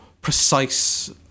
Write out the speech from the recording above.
precise